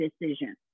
decision